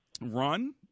run